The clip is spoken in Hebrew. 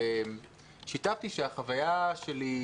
ושיתפתי שהחוויה שלי,